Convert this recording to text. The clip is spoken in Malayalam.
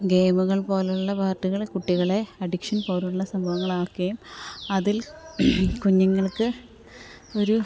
ഗെയിമുകള് പോലെയുള്ള പാര്ട്ടുകളിള് കുട്ടികളെ അഡിക്ഷൻ പോലെയുള്ള സംഭവങ്ങളാക്കുകയും അതില് കുഞ്ഞുങ്ങൾക്ക് ഒരു